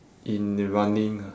in the running ah